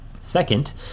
Second